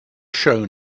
show